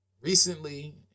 recently